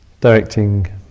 directing